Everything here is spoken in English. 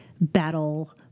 battle